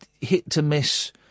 hit-to-miss